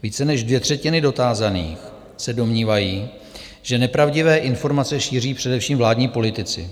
Více než dvě třetiny dotázaných se domnívají, že nepravdivé informace šíří především vládní politici.